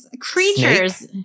creatures